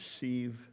receive